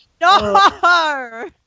No